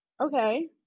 okay